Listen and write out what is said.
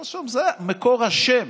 זה מקור השם.